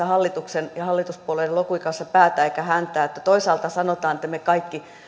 hallituksen ja hallituspuolueiden logiikan kanssa päätä eikä häntää toisaalta sanotaan että me kaikki